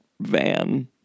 van